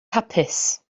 hapus